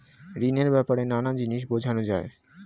ঋণের ব্যাপারে নানা জিনিস বোঝানো যায়